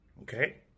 Okay